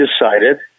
decided